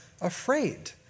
afraid